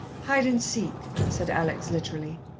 hide-and-seek, said alex literally.